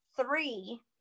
three